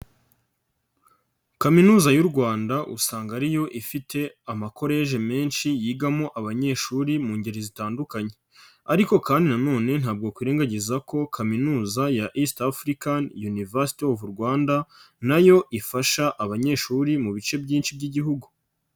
Kaminuza y'u rwanda usanga ariyo ifite amakoleji menshi yigamo abanyeshuri mu ngeri zitandukanye, ariko kandi nanone ntabwo kwirengagiza ko kaminuza ya East African University of Rwanda nayo ifasha abanyeshuri mu bice byinshi by'igihugu.